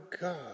God